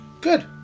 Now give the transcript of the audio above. Good